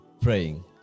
praying